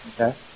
Okay